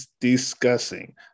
discussing